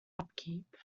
upkeep